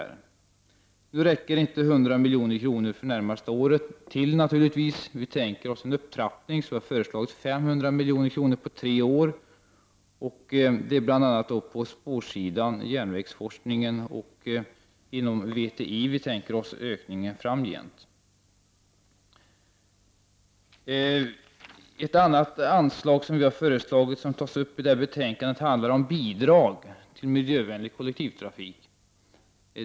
Nu räcker naturligtvis inte 100 milj.kr. för det närmaste året. Vi tänker oss en upptrappning och har föreslagit 500 milj.kr. under tre år, och vi tänker oss ökningar framöver i fråga om spårtrafik, järnvägsforskning och inom VTI. I detta betänkande har vi tagit upp bidrag till miljövänlig kollektivtrafik.